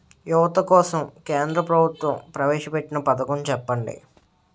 యువత కోసం కేంద్ర ప్రభుత్వం ప్రవేశ పెట్టిన పథకం చెప్పండి?